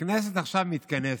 הכנסת עכשיו מתכנסת,